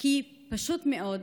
כי פשוט מאוד,